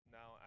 now